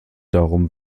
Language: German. darum